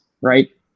right